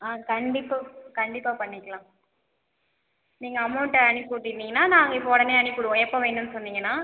ஆ கண்டிப்பாக கண்டிப்பாக பண்ணிக்கலாம் நீங்கள் அமௌண்ட்டை அனுப்பிவிட்டுருந்தீங்கனா நாங்கள் இப்போ உடனே அனுப்பிவிடுவோம் எப்போ வேணுன்னு சொன்னீங்கன்னா